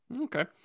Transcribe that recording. okay